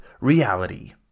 reality